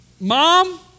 mom